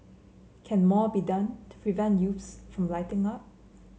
can more be done to prevent youths from lighting up